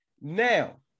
Now